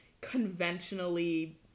conventionally